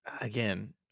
again